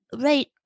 right